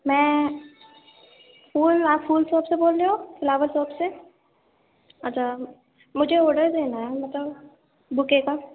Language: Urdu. میں پھول آپ پھول شاپ سے بول رہے ہو فلاور ساپ سے اچھا مجھے آڈر دینا ہے مطلب بوکے کا